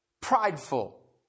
prideful